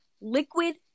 liquid